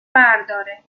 برداره